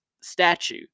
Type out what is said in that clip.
statue